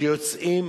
שיוצאים